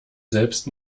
selbst